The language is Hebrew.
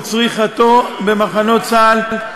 מכירתו וצריכתו במחנות צה”ל,